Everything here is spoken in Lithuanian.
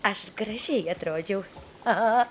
aš gražiai atrodžiau a